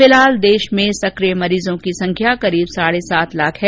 फिलहाल देश में सकिय मरीजों की संख्या करीब साढ़े सात लाख है